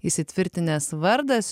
įsitvirtinęs vardas